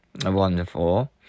wonderful